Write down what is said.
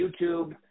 YouTube